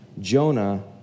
Jonah